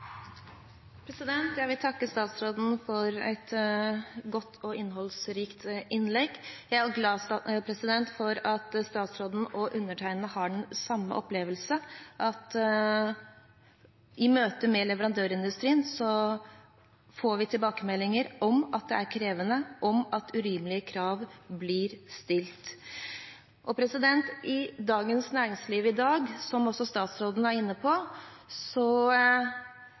Jeg vil takke statsråden for et godt og innholdsrikt innlegg. Jeg er glad for at statsråden og undertegnede har den samme opplevelsen, at i møte med leverandørindustrien får vi tilbakemeldinger om at det er krevende, og at urimelige krav blir stilt. I Dagens Næringsliv i dag – som også statsråden var inne på